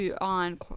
on